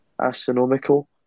astronomical